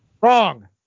Wrong